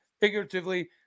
figuratively